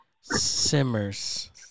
simmers